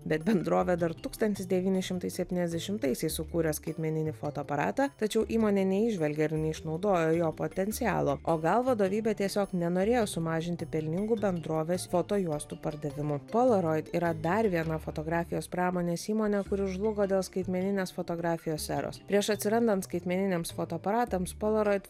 bet bendrovė dar tūkstantis devyni šimtai septyniasdešimtaisiais sukūrė skaitmeninį fotoaparatą tačiau įmonė neįžvelgė ir neišnaudojo jo potencialo o gal vadovybė tiesiog nenorėjo sumažinti pelningų bendrovės fotojuostų pardavimų polaroid yra dar viena fotografijos pramonės įmonė kuri žlugo dėl skaitmeninės fotografijos eros prieš atsirandant skaitmeniniams fotoaparatams polaroid